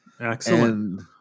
Excellent